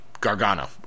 Gargano